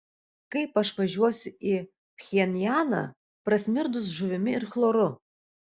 kaip aš važiuosiu į pchenjaną prasmirdus žuvimi ir chloru